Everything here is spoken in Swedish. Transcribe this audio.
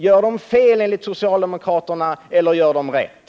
Gör de fel enligt socialdemokraterna, eller gör de rätt?